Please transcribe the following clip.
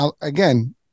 again